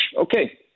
okay